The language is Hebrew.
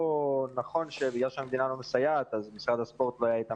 נכון שבגלל שהמדינה לא מסייעת אז משרד הספורט לא היה איתם